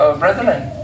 brethren